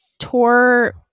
Tour